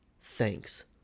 thanks